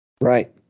Right